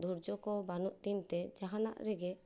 ᱫᱷᱳᱨᱡᱳ ᱠᱚ ᱵᱟᱹᱱᱩᱜ ᱛᱤᱧ ᱛᱮ ᱡᱟᱦᱟᱱᱟᱜ ᱨᱮᱜᱮ